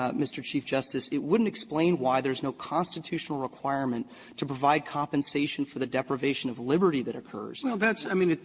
ah mr. chief justice, it wouldn't explain why there's no constitutional requirement to provide compensation for the deprivation of liberty that occurs. roberts well, that's i mean,